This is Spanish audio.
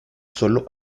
solo